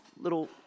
little